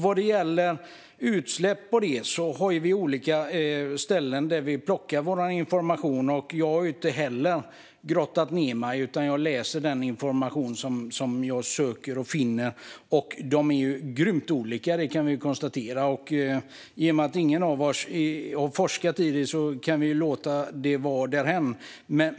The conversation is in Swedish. Vad gäller utsläpp och så vidare har vi olika ställen vi plockar vår information ifrån. Jag har inte heller grottat ned mig, utan jag läser den information som jag söker och finner. Siffrorna är grymt olika; det kan vi konstatera. I och med att ingen av oss har forskat i detta kan vi lämna det därhän.